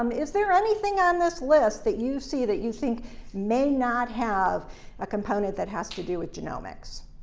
um is there anything on this list that you see that you think may not have a component that has to do with genomics?